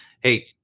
Hey